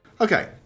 Okay